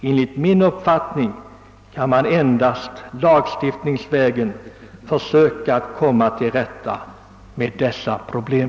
Enligt min uppfattning kan man endast lagstiftningsvägen komma till rätta med dessa problem.